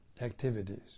activities